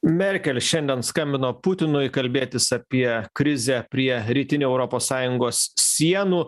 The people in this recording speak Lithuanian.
merkel šiandien skambino putinui kalbėtis apie krizę prie rytinių europos sąjungos sienų